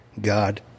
God